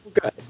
good